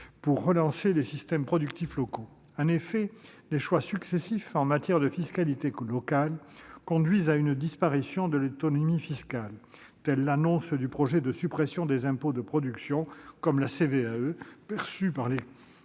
pour relancer les systèmes productifs locaux. En effet, les choix successifs en matière de fiscalité locale conduisent à une disparition de l'autonomie fiscale, comme en témoigne l'annonce du projet de suppression des impôts de production, comme la CVAE, perçue par les